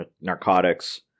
narcotics